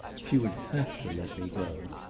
she would have to let me go.